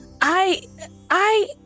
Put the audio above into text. I-I-